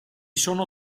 sono